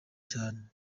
cyane